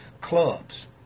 clubs